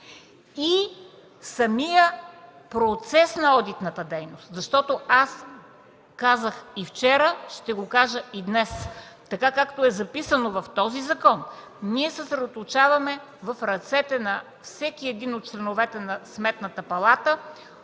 и самия процес на одитната дейност. Аз казах и вчера, ще го кажа и днес – така както е записано в този закон, ние съсредоточаваме в ръцете на всеки един от членовете на Сметната палата,